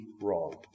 wrong